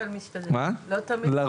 לא תמיד, משתדלת.